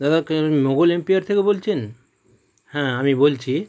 দাদা কে noble empire থেকে বলছেন হ্যাঁ আমি বলছি